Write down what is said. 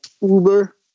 Uber